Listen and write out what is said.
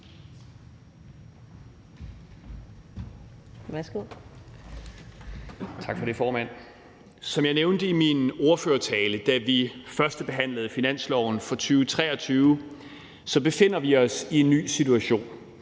Som jeg nævnte i min ordførertale, da vi førstebehandlede finanslovsforslaget for 2023, befinder vi os i en ny situation